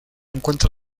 encuentra